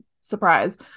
Surprise